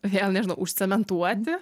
vėl nežinau užcementuoti